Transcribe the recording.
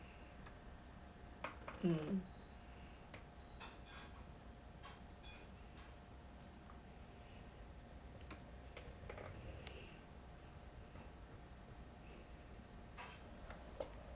mm